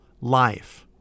life